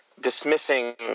dismissing